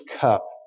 cup